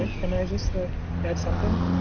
ah can i just add something?